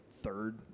third